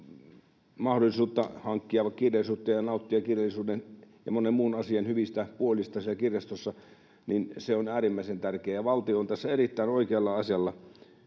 mahdollisuuttaan hankkia kirjallisuutta ja nauttia kirjallisuuden ja monen muun asian hyvistä puolista siellä kirjastossa kehitetään, on äärimmäisen tärkeää, ja valtio on tässä erittäin oikealla asialla.